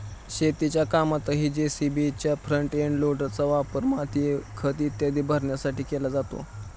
शेतीच्या कामातही जे.सी.बीच्या फ्रंट एंड लोडरचा वापर माती, खत इत्यादी भरण्यासाठी केला जातो